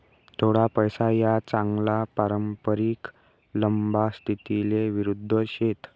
थोडा पैसा या चांगला पारंपरिक लंबा स्थितीले विरुध्द शेत